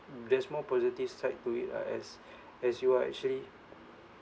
there's more positive side to it ah as as you are actually